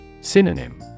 Synonym